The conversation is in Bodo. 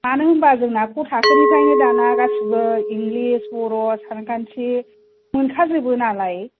मानो होनबा जोंनिया ख' थाखोनिफ्रायनो दाना गासैबो इंलिस बर' सानखान्थि मोनखाजोबो नालाय